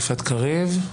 יפעת קריב.